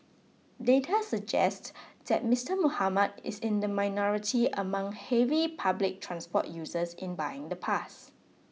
data suggest that Mister Muhammad is in the minority among heavy public transport users in buying the pass